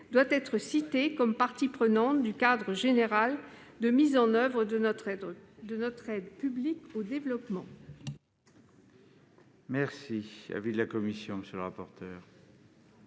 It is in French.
doit être cité comme partie prenante du cadre de partenariat global de mise en oeuvre de notre aide publique au développement.